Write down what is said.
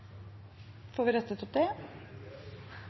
Får vi det